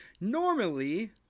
Normally